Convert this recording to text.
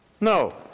No